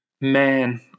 man